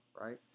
right